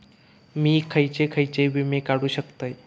मी खयचे खयचे विमे काढू शकतय?